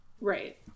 Right